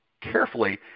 carefully